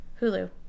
hulu